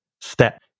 step